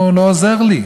עוזר לי.